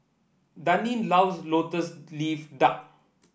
Daneen loves lotus leaf duck